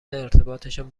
ارتباطشان